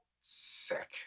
Sick